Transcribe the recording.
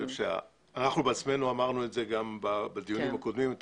אנחנו בעצמנו הבענו בדיונים הקודמים את